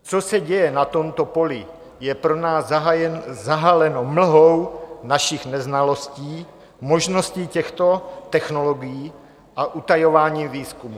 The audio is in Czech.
Co se děje na tomto poli, je pro nás zahaleno mlhou našich neznalostí, možností těchto technologií a utajování výzkumu.